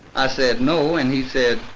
i said, no and he said,